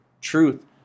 truth